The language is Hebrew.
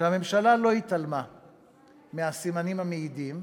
שהממשלה לא התעלמה מהסימנים המעידים.